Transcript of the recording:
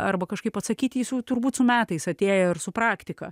arba kažkaip atsakyti jis jau turbūt su metais atėjo ir su praktika